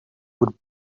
would